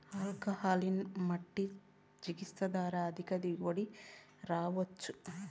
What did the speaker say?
alkaline మట్టి చికిత్స ద్వారా అధిక దిగుబడి రాబట్టొచ్చా